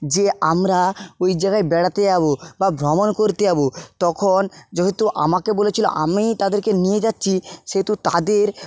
যে আমরা ওই জায়গায় বেড়াতে যাব বা ভ্রমণ করতে যাব তখন যেহেতু আমাকে বলেছিল আমি তাদেরকে নিয়ে যাচ্ছি সেহেতু তাদের